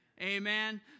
Amen